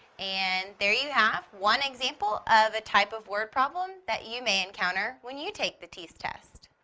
and there you have one example of a type of word problem that you may encounter when you take the teas test.